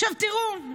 עכשיו תראו,